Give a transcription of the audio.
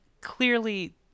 clearly